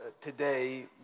today